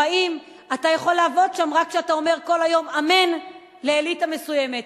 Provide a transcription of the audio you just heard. או האם אתה יכול לעבוד שם רק כשאתה אומר כל היום אמן לאליטה מסוימת?